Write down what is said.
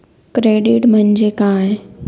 Credit म्हणजे काय?